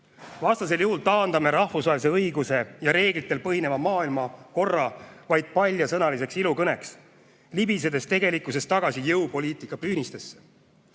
Vastasel juhul taandame rahvusvahelise õiguse ja reeglitel põhineva maailmakorra vaid paljasõnaliseks ilukõneks, libisedes tegelikkuses tagasi jõupoliitika püünistesse.